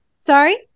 Sorry